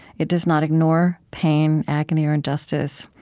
it does not ignore pain, agony, or injustice.